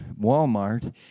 Walmart